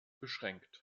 beschränkt